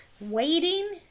waiting